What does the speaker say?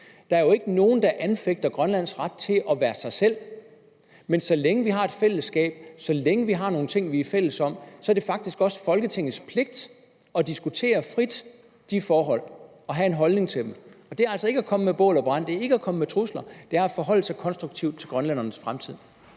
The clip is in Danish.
Der er jo ikke nogen, der anfægter Grønlands ret til at være sig selv, men så længe vi har et fællesskab, så længe vi har nogle ting, vi er fælles om, så er det faktisk også Folketingets pligt at diskutere de forhold frit og have en holdning til dem. Og det er altså ikke at komme med bål og brand, det er ikke at komme med trusler, det er at forholde sig konstruktivt til grønlændernes fremtid.